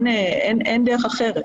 אין דרך אחרת.